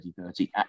2030